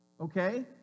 okay